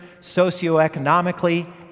socioeconomically